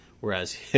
Whereas